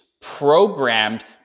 programmed